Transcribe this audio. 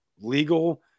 legal